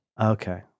Okay